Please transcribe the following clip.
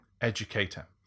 educator